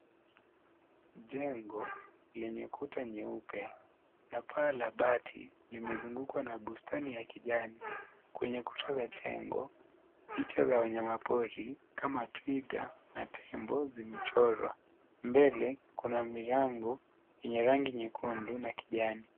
Jengo lenye kuta nyeupe na paa la bati limezungukwa na bustani ya kijani, kwenye kuta za jengo picha za wanyama poli kama twiga na tembo zimechorwa, mbele kuna milango yenye rangi nyekundu na kijani.